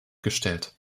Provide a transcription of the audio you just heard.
gestellt